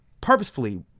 purposefully